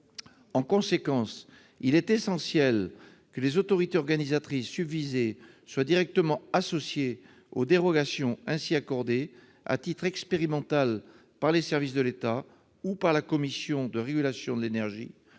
En conséquence, il est essentiel que les autorités organisatrices susvisées soient directement associées aux dérogations ainsi accordées à titre expérimental par les services de l'État ou par la Commission de régulation de l'énergie,